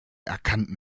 erkannten